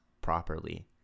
properly